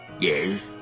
yes